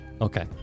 Okay